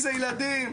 זה ילדים,